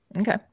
okay